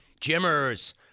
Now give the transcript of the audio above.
Jimmers